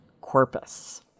corpus